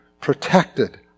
protected